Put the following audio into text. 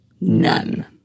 none